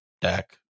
deck